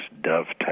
dovetail